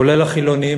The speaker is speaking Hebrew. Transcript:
כולל החילונים,